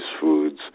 foods